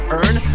earn